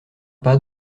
pas